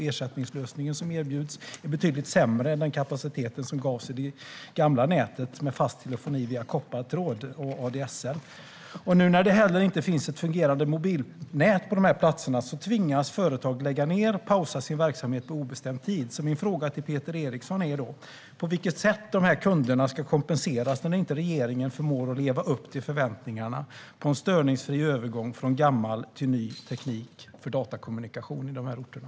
Ersättningslösningen som erbjuds är betydligt sämre än den kapacitet som gavs i det gamla nätet, med fast telefoni via koppartråd och ADSL. Nu när det heller inte finns ett fungerande mobilnät på dessa platser tvingas företag att lägga ned eller pausa sin verksamhet på obestämd tid. Min fråga till Peter Eriksson är därför på vilket sätt dessa kunder ska kompenseras när regeringen inte förmår att leva upp till förväntningarna på en störningsfri övergång från gammal till ny teknik för datakommunikation på de här orterna.